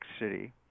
City